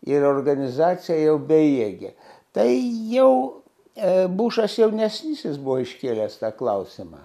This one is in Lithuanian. ir organizacija jau bejėgė tai jau e bušas jaunesnysis buvo iškėlęs tą klausimą